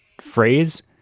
phrase